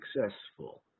successful